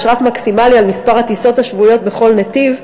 יש רף מקסימלי של מספר הטיסות השבועיות בכל נתיב,